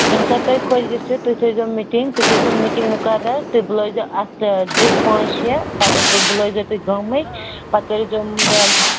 ییٚمہِ ساتہٕ تۄہہِ خۄش گَٔژھِو تُہۍ تھٲوزیٚو میٖٹِنٛگ تُہۍ کٔرۍزیٚو میٖٹِنٛگ مُقَرَر تُہۍ بُلٲوزیٚو اتھ زِٹھۍ پانٛژ شیٚے پَتہٕ بُلٲوزیٚو تُہۍ گامٕکۍ پَتہٕ کٔرِیو